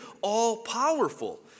all-powerful